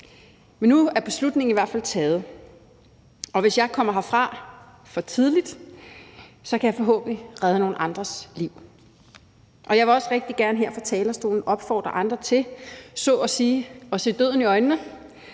men nu er beslutningen i hvert fald taget, og hvis jeg kommer herfra for tidligt, kan jeg forhåbentlig redde nogle andres liv. Jeg vil også rigtig gerne her på talerstolen opfordre andre til så at sige at se døden i øjnene